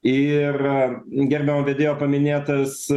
ir gerbiamo vedėjo paminėtas